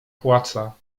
płaca